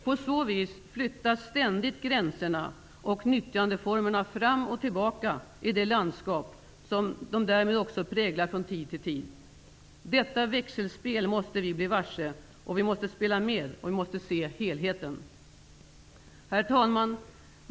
På så vis flyttas ständigt gränserna och nyttjandeformerna fram och tillbaka i det landskap som de därmed också präglar från tid till tid. Detta växelspel måste vi bli varse. Vi måste spela med, och se helheten. Herr talman!